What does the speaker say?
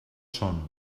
són